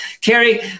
Carrie